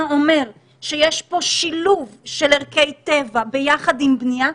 אומר שיש פה שילוב של ערכי טבע יחד עם בנייה,